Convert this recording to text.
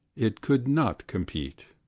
it could not compete.